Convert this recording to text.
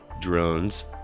Drones